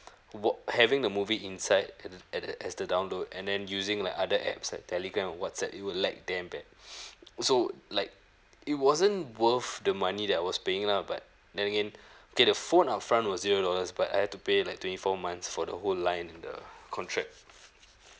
wa~ having the movie inside had to had uh has to download and then using like other apps like telegram or whatsapp it would lag damn bad so like it wasn't worth the money that I was paying lah but then again okay the phone upfront was zero dollars but I had to pay like twenty-four months for the whole line in the contract